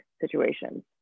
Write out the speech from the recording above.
situations